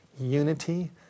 unity